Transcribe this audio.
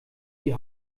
die